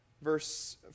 verse